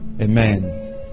Amen